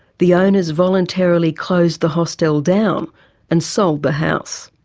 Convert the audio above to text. the owners voluntarily closed the hostel down and sold the house.